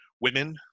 women